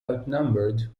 outnumbered